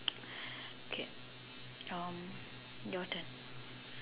okay um your your turn